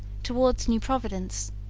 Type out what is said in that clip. towards new providence.